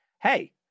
Hey